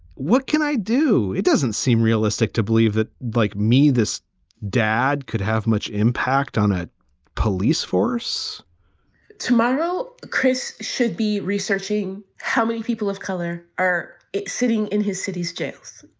what can i do? it doesn't seem realistic to believe that, like me, this dad could have much impact on a police force tomorrow chris should be researching how many people of color are sitting in his city's jails.